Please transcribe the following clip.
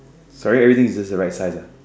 sorry everything is just the right size ah